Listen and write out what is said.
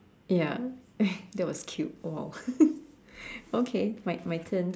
ya that was cute !wow! okay my my turn